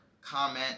comment